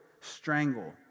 Strangle